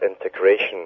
integration